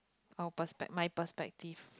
our perspec~ my perspective